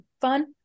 fun